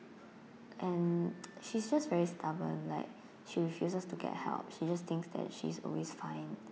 and she's just very stubborn like she refuses to get help she just thinks that she's always fine